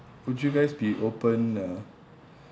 would you guys be open uh